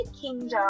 Kingdom